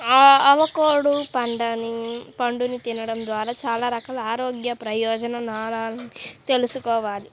avocado పండుని తినడం ద్వారా చాలా రకాల ఆరోగ్య ప్రయోజనాలున్నాయని తెల్సుకోవాలి